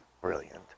brilliant